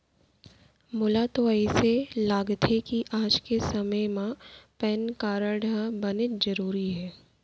मोला तो अइसे लागथे कि आज के समे म पेन कारड ह बनेच जरूरी हे